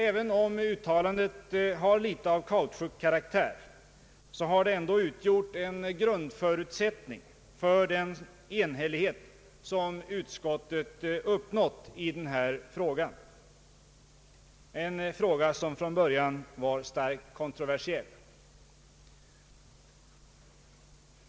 Även om uttalandet har litet av kautschukkaraktär, har det utgjort en grundförutsättning för den enhällighet utskottet uppnått i denna fråga, som från början var starkt kontroversiell.